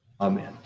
Amen